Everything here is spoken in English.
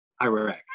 Iraq